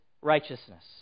righteousness